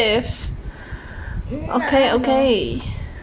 mm I don't know